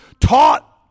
taught